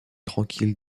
tranquille